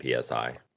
PSI